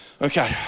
Okay